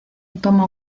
toma